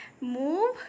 move